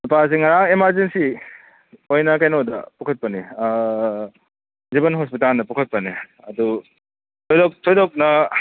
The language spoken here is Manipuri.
ꯅꯨꯄꯥꯁꯤ ꯉꯔꯥꯡ ꯑꯦꯃꯥꯔꯖꯦꯟꯁꯤ ꯑꯣꯏꯅ ꯀꯩꯅꯣꯗ ꯄꯨꯈꯠꯄꯅꯤ ꯖꯤꯕꯟ ꯍꯣꯁꯄꯤꯇꯥꯟꯗ ꯄꯨꯈꯠꯄꯅꯦ ꯑꯗꯨ ꯊꯣꯏꯗꯣꯛ ꯊꯣꯏꯗꯣꯛꯅ